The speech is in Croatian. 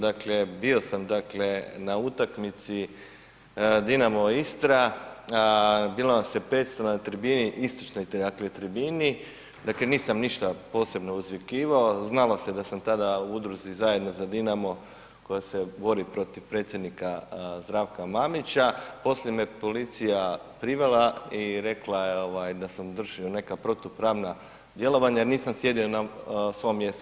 Dakle, bio sam dakle na utakmici Dinamo – Istra, bilo nas je 500 na tribini, istočnoj dakle tribini, dakle nisam ništa posebno uzvikivao, znalo se da sam tada u udruzi „Zajedno za Dinamo“ koja se bori protiv predsjednika Zdravka Mamića, poslije me policija privela i rekla je da sam vršio neka protupravna djelovanja jer nisam sjedio na svom mjestu.